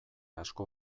asko